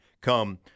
come